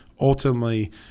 ultimately